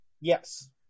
Yes